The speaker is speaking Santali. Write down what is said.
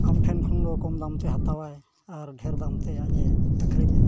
ᱟᱢ ᱴᱷᱮᱱ ᱠᱷᱚᱱ ᱫᱚ ᱠᱚᱢ ᱫᱟᱢᱛᱮ ᱦᱟᱛᱟᱣᱟᱭ ᱟᱨ ᱰᱷᱮᱨ ᱫᱟᱢᱛᱮ ᱟᱡ ᱮ ᱟᱹᱠᱷᱨᱤᱧᱟᱭ